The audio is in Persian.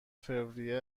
فوریه